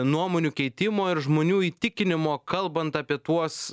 nuomonių keitimo ir žmonių įtikinimo kalbant apie tuos